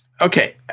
Okay